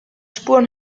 spuren